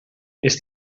ist